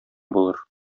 булыр